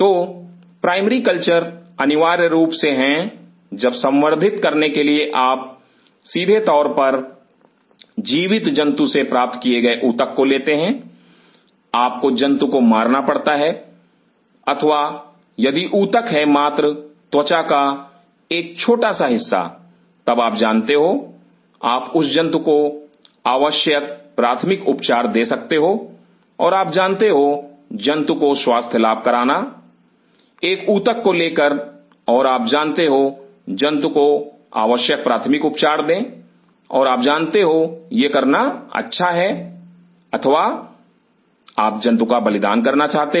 तो primary culture अनिवार्य रूप से हैं जब संवर्धित करने के लिए आप सीधे तौर पर जीवित जंतु से प्राप्त किए गए ऊतक को लेते हैं आपको जंतु को मारना पड़ता है अथवा यदि ऊतक है मात्र त्वचा का एक छोटा सा हिस्सा तब आप जानते हो आप उस जंतु को आवश्यक प्राथमिक उपचार दे सकते हो और आप जानते हो जंतु को स्वास्थ्य लाभ कराना एक ऊतक को लेकर और आप जानते हो जंतु को आवश्यक प्राथमिक उपचार दें और आप जानते हो यह करना अच्छा है अथवा जंतु का बलिदान करना चाहते हो